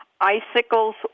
icicles